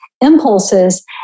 impulses